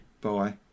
Bye